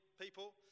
people